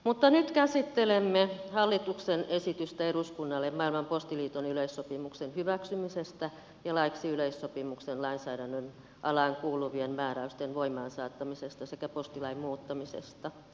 mutta nyt käsittelemme hallituksen esitystä eduskunnalle maailman postiliiton yleissopimuksen hyväksymisestä ja laiksi yleissopimuksen lainsäädännön alaan kuuluvien määräysten voimaansaattamisesta sekä postilain muuttamisesta